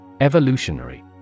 Evolutionary